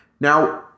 Now